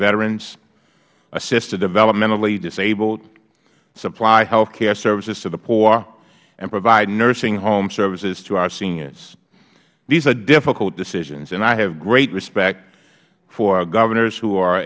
veterans assist the developmentally disabled supply health care services to the poor and provide nursing home services to our seniors these are difficult decisions and i have great respect for our governors who are